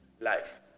life